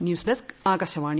news desk Akashvani